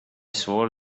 swore